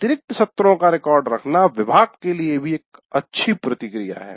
अतिरिक्त सत्रों का रिकॉर्ड रखना विभाग के लिए भी एक अच्छी प्रतिक्रिया है